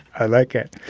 i like it.